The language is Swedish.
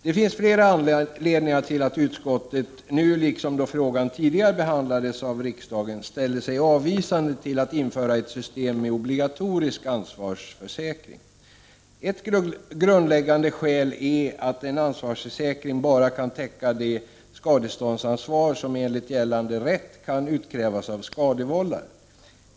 Det finns flera anledningar till att utskottet nu, liksom då frågan tidigare behandlats av riksdagen, ställt sig avvisande till att införa ett system med obligatorisk ansvarsförsäkring. Ett grundläggande skäl är att en ansvarsförsäkring bara kan täcka det skadeståndsansvar som enligt gällande rätt kan utkrävas av skadevållaren.